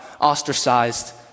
Ostracized